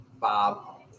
Bob